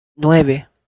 nueve